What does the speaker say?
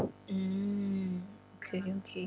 mm okay okay